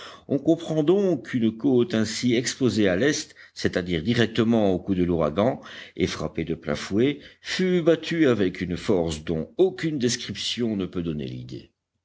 on comprend donc qu'une côte ainsi exposée à l'est c'est-à-dire directement aux coups de l'ouragan et frappée de plein fouet fût battue avec une force dont aucune description ne peut donner l'idée